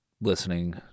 listening